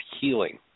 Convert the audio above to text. healing